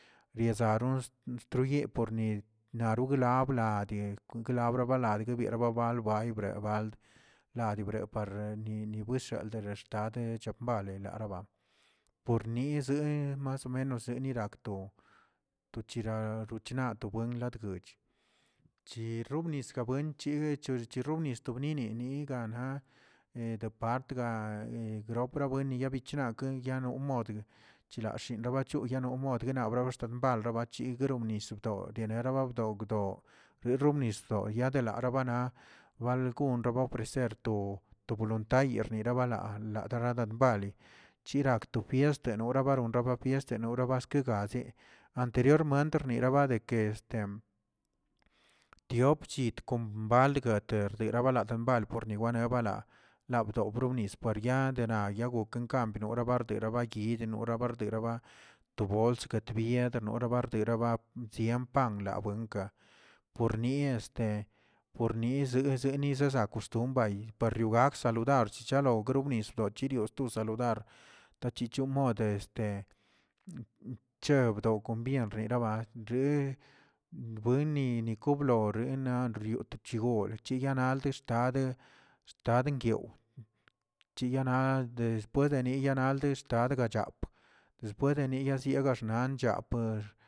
Lianzarost trybieꞌ porni naru glabla kon krabaladi guerababay lway bald larire prat neni rebulshateshi te chap mbali laa, por nizə nma menos yinirakto to chira ritnato wen zochə chi robniska wenchi gue che xobgastnini ni gana ede partga gropawenni ya chinake yano modə chilaxi yaban chiya mode´guena babaxtu galrabachri gru nisbdo raba bdo gdoo reere bnisdoꞌ yaa larabana balgun raba ofrecer tu voluntad yerniraba a ladarlambali chirak to fiesteneno rabano rab fiesteno axtki gazeꞌ, anteriormente nirababe este tiopchit kon valga terdereba bangald pornio nebala, labdow pronomnis para yaa de na yagoken kanaꞌ rabarderrabayiꞌ nora barera ba to bols katꞌ biedno barderaba byen pan la buenka por ni este por ni ezenizəeze kostun bayi logak saludar shalo gogrnis wchirioꞌ sto saludar, tachichon modə este cheb kon biyen rniraba re bueni ni koblo wre rriotochigol, chi nald xtade xtade ngyow, chiyana de puede yi yanaldə tad gachap, despue deni yaziakbꞌ nan chaprə.